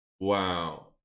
Wow